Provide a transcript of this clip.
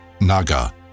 Naga